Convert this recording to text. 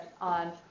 on